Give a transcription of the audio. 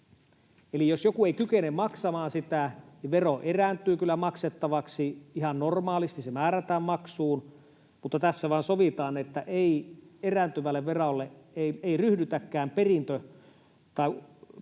Eli jos joku ei kykene maksamaan sitä, vero erääntyy kyllä maksettavaksi ihan normaalisti, se määrätään maksuun, mutta tässä vaan sovitaan, että ei ryhdytäkään ulosotto- tai konkurssitoimiin